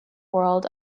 world